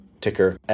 ticker